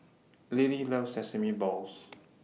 Linnie loves Sesame Balls